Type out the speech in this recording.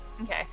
Okay